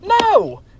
No